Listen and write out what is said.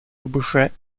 objet